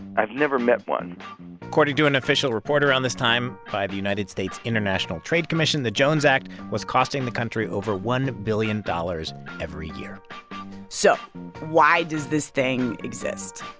i've never met one according to an official report around this time by the united states international trade commission, the jones act was costing the country over one billion dollars every year so why does this thing exist?